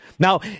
Now